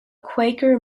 quaker